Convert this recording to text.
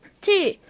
two